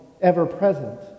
ever-present